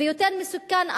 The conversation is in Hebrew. ויותר מסוכן,